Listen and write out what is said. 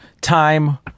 time